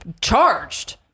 charged